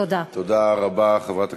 פרשה 2,